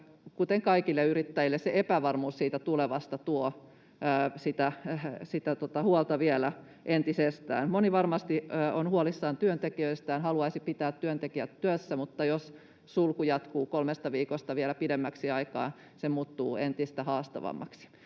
kuten kaikille yrittäjille, se epävarmuus siitä tulevasta tuo sitä huolta vielä entisestään. Moni varmasti on huolissaan työntekijöistään, haluaisi pitää työntekijät työssä, mutta jos sulku jatkuu kolmesta viikosta vielä pidemmäksi aikaa, se muuttuu entistä haastavammaksi.